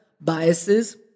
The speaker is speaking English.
biases